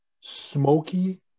smoky